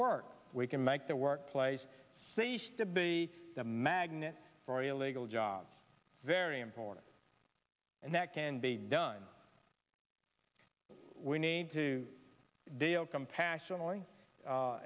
work we can make the workplace cease to be a magnet for illegal jobs very important and that can be done we need to deal compassionate